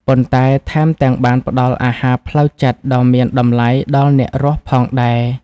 ប៉ុន្តែថែមទាំងបានផ្ដល់អាហារផ្លូវចិត្តដ៏មានតម្លៃដល់អ្នករស់ផងដែរ។